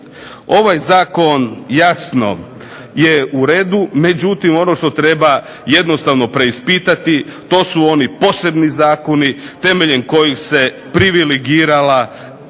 ovaj zakon jasno je u redu, međutim ono što treba jednostavno preispitati to su oni posebni zakoni temeljem kojih se privilegirala